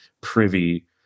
privy